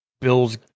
Bill's